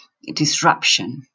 disruption